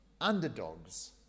underdogs